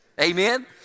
amen